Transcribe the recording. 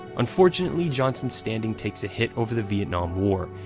unfortunately, johnson's standing takes a hit over the vietnam war,